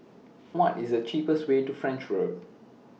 What IS The cheapest Way to French Road